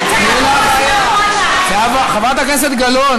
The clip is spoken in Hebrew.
שיעלה לדוכן בכל רגע.